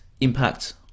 impact